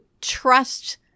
trust